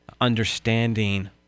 understanding